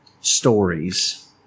stories